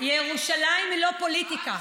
ירושלים היא לא פוליטיקה.